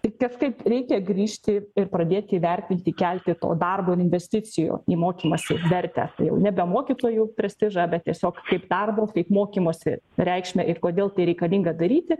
tik kažkaip reikia grįžti ir pradėti vertinti kelti to darbo ir investicijų į mokymąsi vertę jau nebe mokytojų prestižą bet tiesiog kaip darbo kaip mokymosi reikšmę ir kodėl tai reikalinga daryti